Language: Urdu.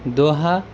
دوحہ